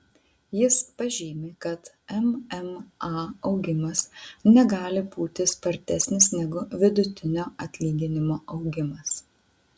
jis pažymi kad mma augimas negali būti spartesnis negu vidutinio atlyginimo augimas